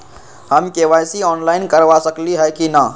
हम KYC online करवा सकली ह कि न?